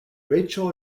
rachel